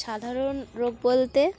সাধারণ রোগ বলতে